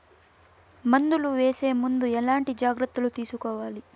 మందులు వేసే ముందు ఎట్లాంటి జాగ్రత్తలు తీసుకోవాలి?